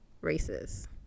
races